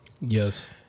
Yes